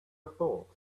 thought